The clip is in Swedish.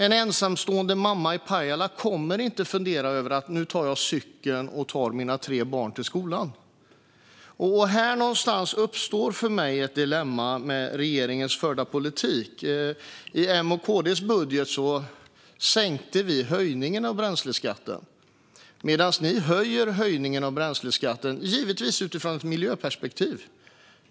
En ensamstående mamma i Pajala kommer inte att fundera över att ta cykeln med sina tre barn till skolan. Här någonstans uppstår för mig ett dilemma med regeringens förda politik. I M:s och KD:s budget sänkte vi höjningen av bränsleskatten, men ni höjer höjningen av bränsleskatten - givetvis utifrån ett miljöperspektiv.